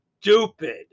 stupid